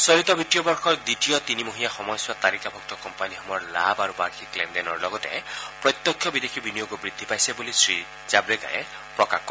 চলিত বিত্তীয় বৰ্ষৰ দ্বিতীয় তিনিমহীয়া সময়ছোৱাত তালিকাভূক্ত কোম্পানীসমূহৰ লাভ আৰু বাৰ্যিক লেনদেনৰ লগতে প্ৰত্যক্ষ বিদেশী বিনিয়োগো বৃদ্ধি পাইছে বুলি শ্ৰীজাৱড়েকাৰে প্ৰকাশ কৰে